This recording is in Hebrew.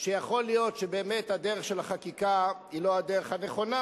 שיכול להיות שבאמת הדרך של החקיקה היא לא הדרך הנכונה,